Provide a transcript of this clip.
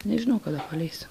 nežinau kada paleis